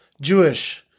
Jewish